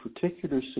particular